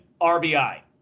RBI